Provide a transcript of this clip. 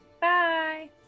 Bye